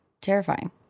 terrifying